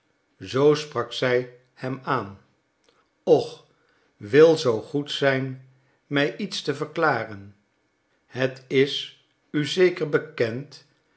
zoo sprak zij hem aan och wil zoo goed zijn mij iets te verklaren het is u zeker bekend